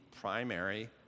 primary